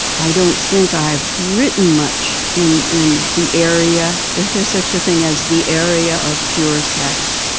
i don't think i've written much in in the area is there such a thing as the area of pure sex?